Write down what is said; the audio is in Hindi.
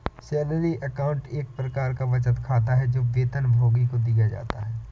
सैलरी अकाउंट एक प्रकार का बचत खाता है, जो वेतनभोगी को दिया जाता है